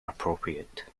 appropriate